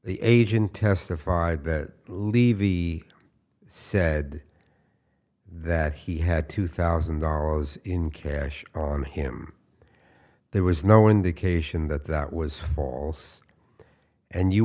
the agent testified that levy said that he had two thousand dollars in cash on him there was no indication that that was false and you